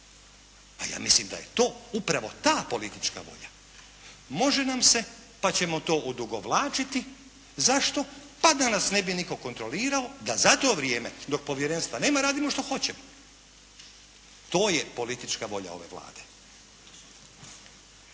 A ja mislim da je to upravo ta politička volja. Može nam se pa ćemo to odugovlačiti. Zašto? Pa da nas ne bi nitko kontrolirao. Da za to vrijeme dok povjerenstva nema radimo što hoćemo. To je politička volja ove Vlade.